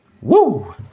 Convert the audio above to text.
Woo